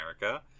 America